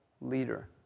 leader